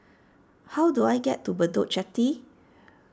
how do I get to Bedok Jetty